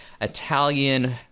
Italian